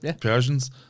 Persians